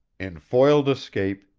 in foiled escape,